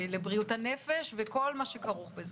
לבריאות הנפש ולכל מה שכרוך בזה.